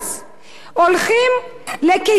הולכים לקיסריה,